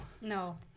No